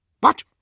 What